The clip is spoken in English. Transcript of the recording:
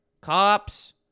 Cops